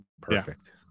perfect